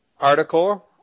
article